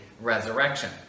resurrection